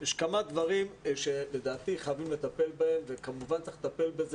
יש כמה דברים שלדעתי חייבים לטפל בהם וכמובן שצריך לטפל בזה